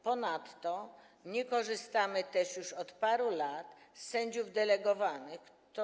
Ponadto nie korzystamy też już od paru lat z sędziów delegowanych.